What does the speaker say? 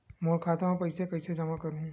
मोर खाता म पईसा कइसे जमा करहु?